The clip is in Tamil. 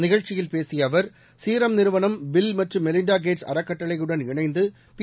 நிகழ்ச்சியில் பேசிய அவர்சீரம் நிறுவனம் பில் மற்றும் மெலின்டா கேட்ஸ் அறக்கட்டளையுடன் இணைந்து பி